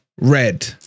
Red